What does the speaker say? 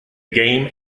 game